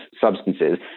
substances